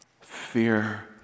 Fear